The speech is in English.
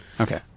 Okay